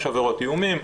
יש עבירות איומים,